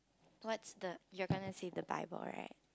what's the you're gonna say the bible right